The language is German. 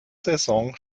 saison